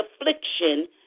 affliction